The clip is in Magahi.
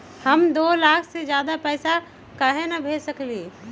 हम दो लाख से ज्यादा पैसा काहे न भेज सकली ह?